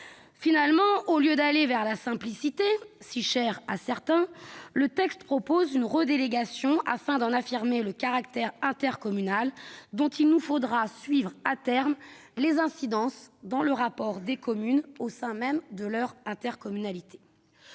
Finalement, au lieu d'aller vers la simplicité, si chère à certains, le texte propose une redélégation afin d'en affirmer le caractère intercommunal. Il faudra suivre à terme les incidences de cette décision dans le rapport des communes au sein même de leur intercommunalité.